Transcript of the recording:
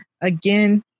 again